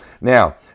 Now